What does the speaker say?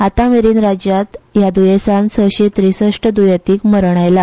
आतामेरेन राज्यात ह्या दुयेसान सशें त्रेसश्ट दुयेंतींक मरण आयला